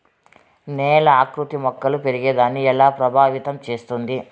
నేల ఆకృతి మొక్కలు పెరిగేదాన్ని ఎలా ప్రభావితం చేస్తుంది?